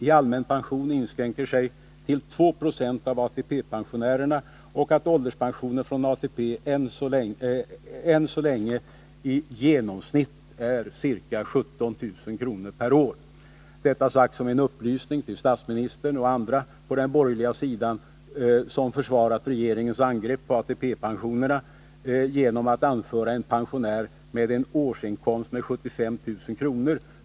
i allmän pension inskränker sig till 2 76 av ATP-pensionärerna och att ålderspensionen från ATP än så länge i genomsnitt är ca 17 000 kr. per år. Jag säger detta som en upplysning till statsministern och andra på den borgerliga sidan som försvarat regeringens angrepp på ATP-pensionerna genom att anföra en pensionär med en årsinkomst med 75 000 kr.